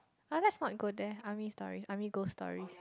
ah let's not go there army stories army ghost stories